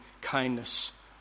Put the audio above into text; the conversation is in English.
kindness